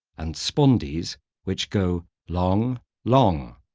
and spondees which go long, long.